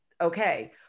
Okay